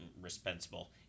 responsible